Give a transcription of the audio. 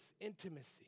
Intimacy